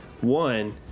One